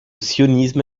sionisme